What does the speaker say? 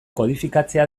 kodifikatzea